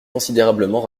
considérablement